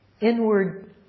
inward